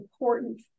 important